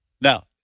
Now